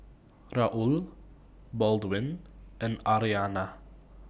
Raul Baldwin and Aryana